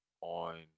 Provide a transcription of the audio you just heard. on